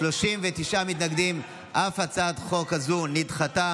39 מתנגדים, אף הצעת חוק זו נדחתה.